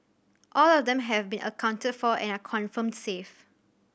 all of them have been accounted for and are confirmed safe